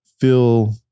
feel